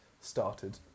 started